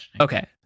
Okay